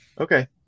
Okay